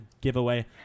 giveaway